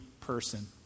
person